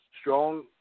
strong